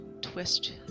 twist